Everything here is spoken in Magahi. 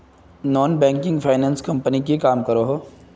नॉन बैंकिंग फाइनांस कंपनी की काम करोहो?